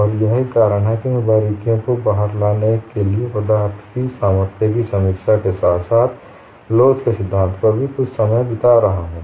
और यही कारण है कि मैं बारीकियों को बाहर लाने के लिए पदार्थ की सामर्थ्य की समीक्षा के साथ साथ लोच के सिद्धांत पर कुछ समय बिता रहा हूं